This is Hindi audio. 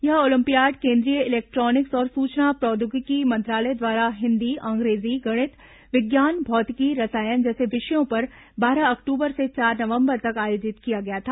यह ओलम्पियाड केंद्रीय इलेक्ट्रॉनिक्स और सूचना प्रौद्योगिकी मंत्रालय द्वारा हिन्दी अंग्रेजी गणित विज्ञान भौतिकी रसायन जैसे विषयों पर बारह अक्टूबर से चार नवम्बर तक आयोजित किया गया था